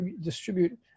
distribute